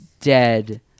dead